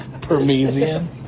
Parmesan